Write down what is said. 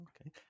Okay